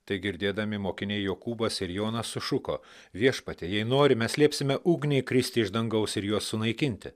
tai girdėdami mokiniai jokūbas ir jonas sušuko viešpatie jei nori mes liepsime ugniai kristi iš dangaus ir juos sunaikinti